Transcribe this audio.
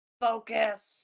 Focus